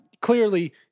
clearly